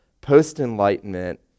post-Enlightenment